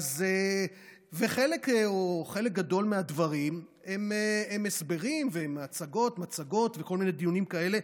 חלק גדול מהדברים הם הסברים ומצגות והצגות וכל מיני דיונים כאלה,